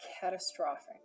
catastrophic